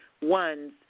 ones